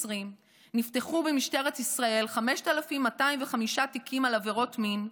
נפתחו במשטרת ישראל 5,205 תיקים על עבירות מין,